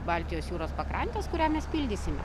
baltijos jūros pakrantės kurią mes pildysime